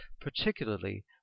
particularly